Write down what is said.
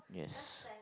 yes